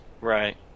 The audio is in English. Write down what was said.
Right